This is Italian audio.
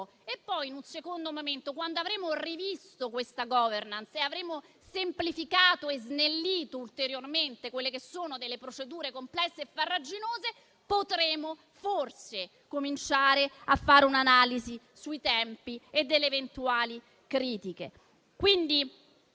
e poi, in un secondo momento, quando avremo rivisto la *governance* e avremo semplificato e snellito ulteriormente le procedure complesse e farraginose, potremo, forse, cominciare a fare un'analisi sui tempi e sulle eventuali critiche.